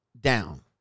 down